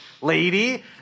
lady